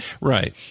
Right